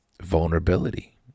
vulnerability